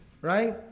Right